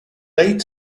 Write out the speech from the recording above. late